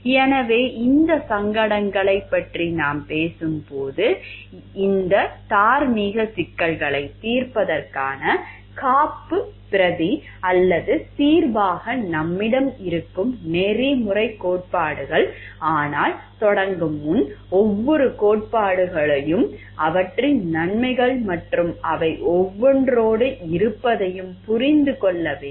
எனவே இந்த சங்கடங்களைப் பற்றி நாம் பேசும்போது இந்த தார்மீக சிக்கல்களைத் தீர்ப்பதற்கான காப்புப்பிரதி அல்லது தீர்வாக நம்மிடம் இருக்கும் நெறிமுறைக் கோட்பாடுகள் ஆனால் தொடங்கும் முன் ஒவ்வொரு கோட்பாடுகளுக்கும் அவற்றின் நன்மைகள் மற்றும் அவை ஒவ்வொன்றும் இருப்பதைப் புரிந்து கொள்ள வேண்டும்